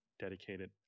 dedicated